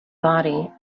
body